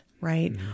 right